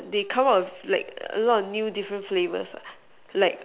they come up with like a lot of new flavors lah like